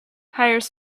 hires